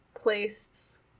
placed